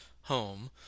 home